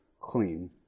clean